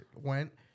went